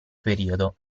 periodo